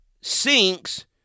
sinks